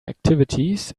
activities